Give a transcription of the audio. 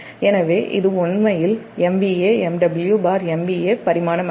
எனவே இது உண்மையில் MVA MW MVA பரிமாணமற்றது